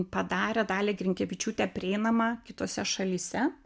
padarė dalią grinkevičiūtę prieinamą kitose šalyse